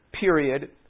period